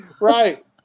right